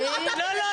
לא.